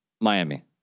Miami